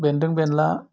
बेदों बेनला